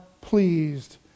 pleased